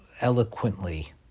eloquently